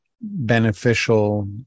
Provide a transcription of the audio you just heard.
beneficial